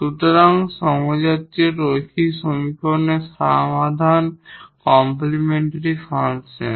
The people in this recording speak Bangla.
সুতরাং এই হোমোজিনিয়াস লিনিয়ার সমীকরণের সমাধান কমপ্লিমেন্টরি ফাংশন